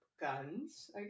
guns